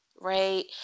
Right